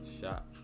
shot